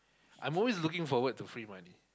I'm always looking forward to free money